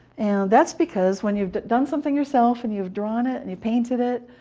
that's because when you've done something yourself, and you've drawn it, and you painted it,